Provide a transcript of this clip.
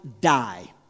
die